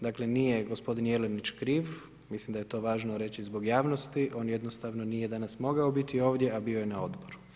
Dakle nije gospodin Jelinić kriv, mislim da je to važno reći zbog javnosti, on jednostavno nije danas mogao biti ovdje, a bio je na odboru.